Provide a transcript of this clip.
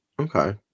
Okay